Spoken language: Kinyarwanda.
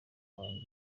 wanjye